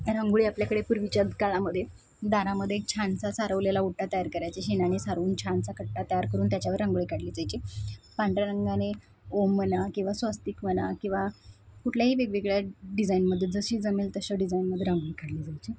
रंगोळी आपल्याकडे पूर्वीच्या काळामध्ये दारामध्ये छानसा सारवलेला ओटा तयार करायचे शेणाने सारवून छानचा कट्टा तयार करून त्याच्यावर रंगोळी काढली जायची पांढऱ्या रंगाने ओम म्हणा किंवा स्वस्तिक म्हणा किंवा कुठल्याही वेगवेगळ्या डिझाईनमध्ये जशी जमेल तशा डिझाईनमध्ये रांंगोळी काढली जायची